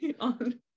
On